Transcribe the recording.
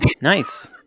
Nice